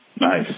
Nice